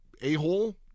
a-hole